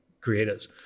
creators